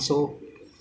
if get then good lah